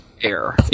air